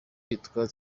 witwa